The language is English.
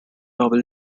nobel